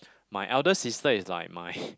my elder sister is like my